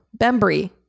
Bembry